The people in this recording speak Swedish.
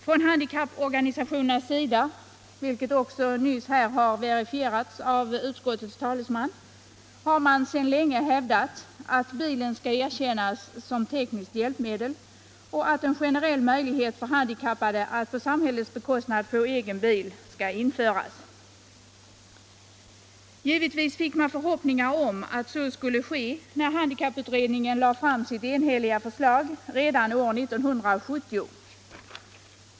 Från haadikapporganisationernas sida, vilket också här nyss har verifierats av utskottets talesman, har man sedan länge hävdat att bilen skall erkännas svt: 1& siskt hjälpmedel och att en generell möjlighet för handikappade att på samhällets bekostnad få egen bil skall införas. Givetvis fick man förhoppningar om att så skulle ske när handikapputredn:ngen lade fram sitt enhälliga förslag redan år 1970.